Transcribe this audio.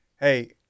Hey